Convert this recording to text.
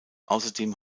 außerdem